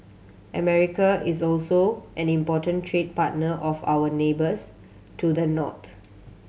America is also an important trade partner of our neighbours to the north